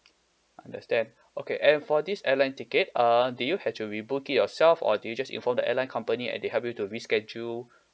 understand okay and for this airline ticket uh did you have to rebook it yourself or did you just inform the airline company and they help you to reschedule